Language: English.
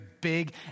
big